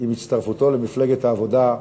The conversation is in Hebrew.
עם הצטרפותו למפלגת העבודה,